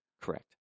Correct